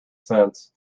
sense